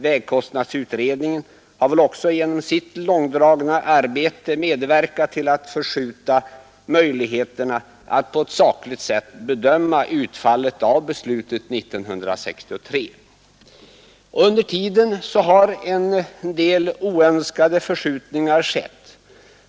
Vägkostnadsutredningen har väl också genom sitt långdragna arbete medverkat till att begränsa möjligheterna att på ett sakligt sätt bedöma utfallet av beslutet 1963. Under tiden har en del oönskade förskjutningar skett.